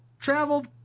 traveled